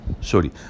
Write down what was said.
sorry